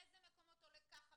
באיזה מקומות עולה ככה,